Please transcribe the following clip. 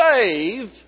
save